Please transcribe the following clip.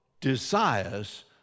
desires